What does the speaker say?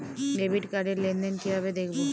Debit card র লেনদেন কিভাবে দেখবো?